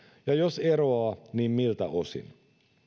ja jos eroaa niin miltä osin